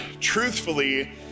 truthfully